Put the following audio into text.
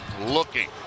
looking